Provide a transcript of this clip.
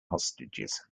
hostages